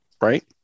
right